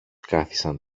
κάθισαν